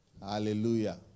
Hallelujah